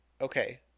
Okay